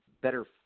better